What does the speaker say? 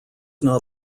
not